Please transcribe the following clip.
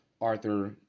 Arthur